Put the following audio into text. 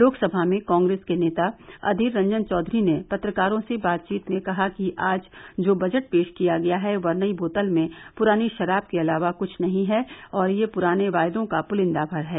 लोकसभा में कांग्रेस के नेता अधीर रंजन चौधरी ने पत्रकारों से बातचीत में कहा कि आज जो बजट पेश किया गया है वह नई बोतल में पुरानी शराब के अलावा कुछ नहीं है और यह पुराने वायदों का पुलिंदा भर है